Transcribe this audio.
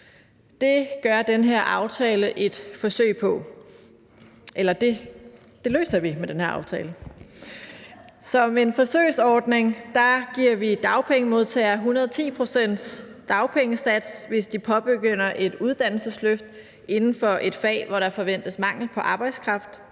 Det gør den her aftale et forsøg på. Det løser vi med den her aftale. Som en forsøgsordning giver vi dagpengemodtagere 110 pct. af dagpengesatsen, hvis de påbegynder et uddannelsesløft inden for et fag, hvor der forventes mangel på arbejdskraft.